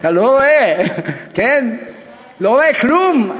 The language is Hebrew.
אתה לא רואה, אתה לא רואה כלום.